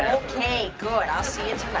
ok. good, i'll see you